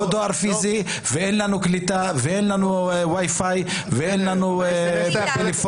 לא דואר פיזי ואין לנו קליטה ואין לנו wifi ואין לנו פלאפונים,